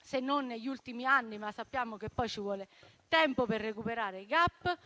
se non negli ultimi anni, ma sappiamo che poi ci vuole tempo per recuperare i *gap*.